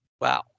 Wow